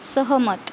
सहमत